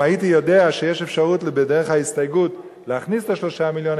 אם הייתי יודע שיש אפשרות בדרך ההסתייגות להכניס את 3 המיליון,